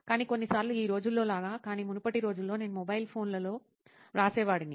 కానీ కొన్నిసార్లు ఈ రోజుల్లో లాగా కానీ మునుపటి రోజుల్లో నేను మొబైల్ ఫోన్లలో వ్రాసేవాడిని